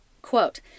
Quote